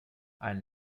ein